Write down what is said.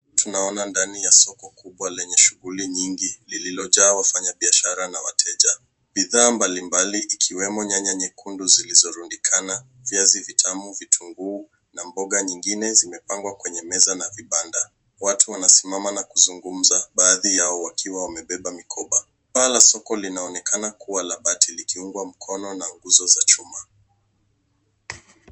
Tunaona ndani ya soko kubwa lenye shughuli nyingi lililojaa wafanyabiashara na wateja. Bidhaa mbalimbali ikiwemo nyanya nyekundu zilizorundikana, viazi vitamu, vitunguu, na mboga nyingine zimepangwa kwenye meza na vibanda. Watu wanasimama na kuzungumza, baadhi yao wakiwa wamebeba mikoba. Paa la soko linaonekana kuwa la bati likiungwa mkono na nguzo za chuma.